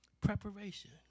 Preparation